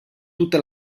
tutta